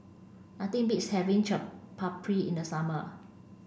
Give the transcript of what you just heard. nothing beats having Chaat Papri in the summer